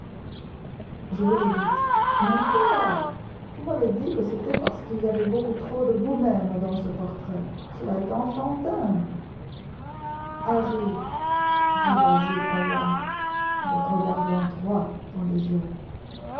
je vous l'ai dite non pas vous m'avez dit que c'était parce qu'il y avait beaucoup trop de vous-même dans ce portrait cela est enfantin harry dit basil hallward le regardant droit dans les yeux